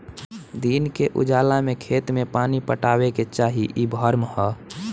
दिन के उजाला में खेत में पानी पटावे के चाही इ भ्रम ह